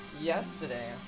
yesterday